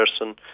person